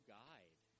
guide